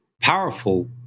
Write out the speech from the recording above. powerful